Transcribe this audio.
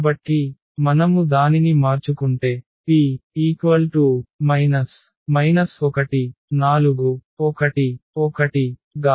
కాబట్టి మనము దానిని మార్చుకుంటేP 1 4 1 1 గా